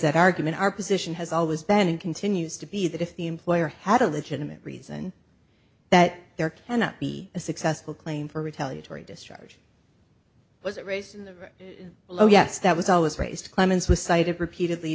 that argument our position has always been and continues to be that if the employer had a legitimate reason that there cannot be a successful claim for retaliatory discharge was it raised in the yes that was always raised clemens was cited repeatedly